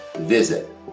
visit